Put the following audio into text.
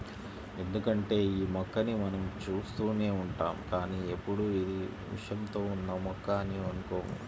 ఎందుకంటే యీ మొక్కని మనం చూస్తూనే ఉంటాం కానీ ఎప్పుడూ ఇది విషంతో ఉన్న మొక్క అని అనుకోము